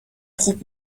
خوب